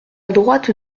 droite